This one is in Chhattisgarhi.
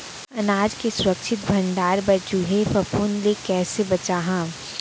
अनाज के सुरक्षित भण्डारण बर चूहे, फफूंद ले कैसे बचाहा?